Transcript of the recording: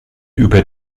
über